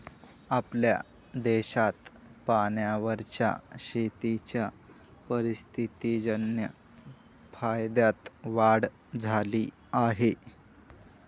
आपल्या देशात पाण्यावरच्या शेतीच्या परिस्थितीजन्य फायद्यात वाढ झाली आहे